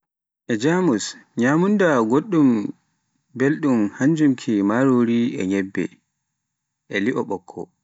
E Jamus nyamunda gonɗum belɗum hannjum ke marori e nyebbe, e li'o bokko